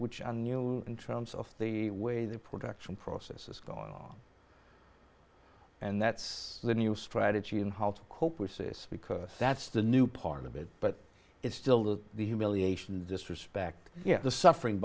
which are new in terms of the way the production process is going on and that's the new strategy in how to cope with this because that's the new part of it but it's still the humiliation and disrespect yet the suffering